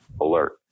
alert